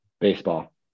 Baseball